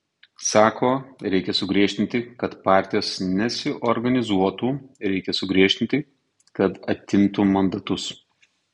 sako reikia sugriežtinti kad partijos nesiorganizuotų reikia sugriežtinti kad atimtų mandatus